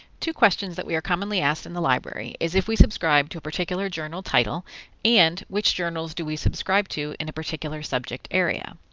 two questions that we are commonly asked in the library is if we subscribe to particular journal title and which journals do we subscribe to in a particular subject area.